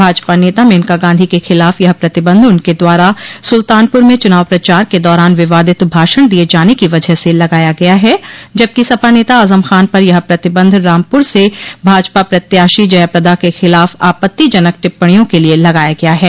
भाजपा नेता मेनका गांधी के खिलाफ यह प्रतिबंध उनके द्वारा सुल्तानपुर में चुनाव प्रचार के दौरान विवादित भाषण दिये जाने की वजह से लगाया गया है जबकि सपा नेता आज़म ख़ान पर यह प्रतिबंध रामपूर से भाजपा प्रत्याशी जया प्रदा के खिलाफ आपत्तिजनक टिप्पणियों के लिये लगाया गया है